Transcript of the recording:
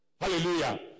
Hallelujah